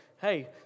hey